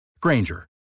Granger